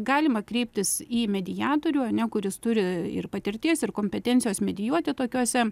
galima kreiptis į mediatorių ane kuris turi ir patirties ir kompetencijos medijuoti tokiuose